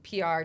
PR